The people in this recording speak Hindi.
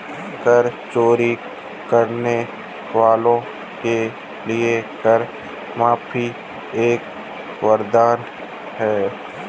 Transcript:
कर चोरी करने वालों के लिए कर माफी एक वरदान है